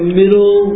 middle